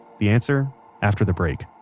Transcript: the answer after the break